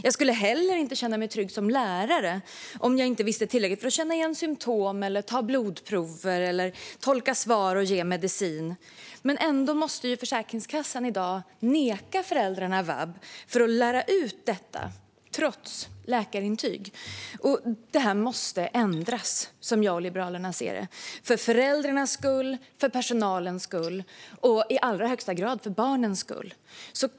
Jag skulle heller inte känna mig trygg som lärare om jag inte visste tillräckligt för att känna igen symtom eller ta blodprover, tolka svar och ge medicin. Ändå måste Försäkringskassan i dag neka föräldrarna vab för att lära ut detta, trots läkarintyg. Det här måste ändras, som jag och Liberalerna ser det, för föräldrarnas skull, för personalens skull och i allra högsta grad för barnens skull.